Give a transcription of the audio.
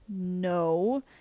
No